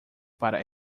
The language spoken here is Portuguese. para